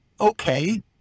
okay